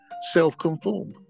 self-conform